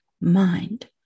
mind